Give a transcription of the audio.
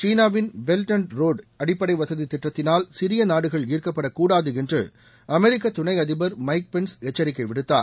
சீனாவின் belt and road அடிப்படை வசதி திட்டத்தினால் சிறிய நாடுகள் ஈர்க்கப்பட கூடாது என்று அமெரிக்க துணை அதிபர் மைக் பென்ஸ் எச்சரிக்கை விடுத்தார்